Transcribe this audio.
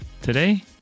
Today